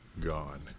gone